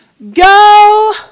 go